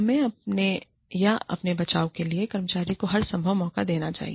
हमें अपने या अपने बचाव के लिए कर्मचारी को हर संभव मौका देना चाहिए